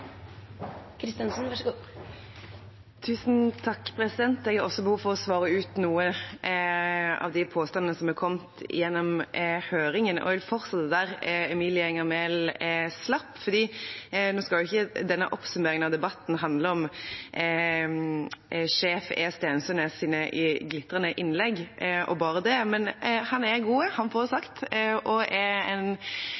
Jeg har også behov for å svare på noen av de påstandene som er kommet gjennom høringen, og jeg vil fortsette der Emilie Enger Mehl slapp. Nå skal ikke denne oppsummeringen av debatten handle om E-sjef Stensønes’ glitrende innlegg og bare det, men han er god, han får